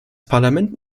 parlament